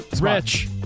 Rich